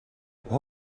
what